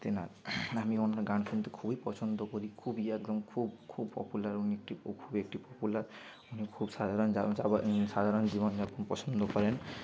তেনার আমি ওনার গান শুনতে খুবই পছন্দ করি খুবই একদম খুব খুব পপুলার উনি একটি খুব একটি পপুলার উনি খুব সাধারণ যা সাধারণ জীবনযাপন পছন্দ করেন